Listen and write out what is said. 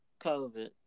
COVID